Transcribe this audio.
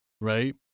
right